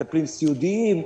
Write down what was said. מטפלים סיעודיים,